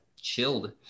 chilled